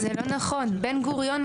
זאת אומרת שכל ההבדל הוא ה-25% בשנה הראשונה?